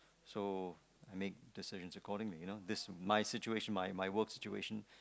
so I make decisions accordingly you know this my situation my my work situation